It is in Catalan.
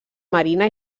marina